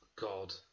God